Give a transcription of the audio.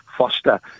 foster